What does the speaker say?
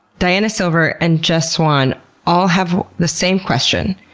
diana silver, and jess swann all have the same question,